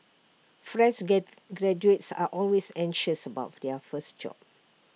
fresh get graduates are always anxious about their first job